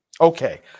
okay